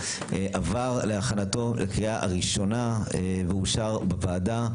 עבר להכנתו לקריאה ראשונה ואושר בוועדה.